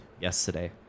yesterday